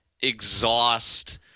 exhaust